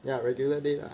ya regular day lah